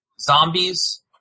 zombies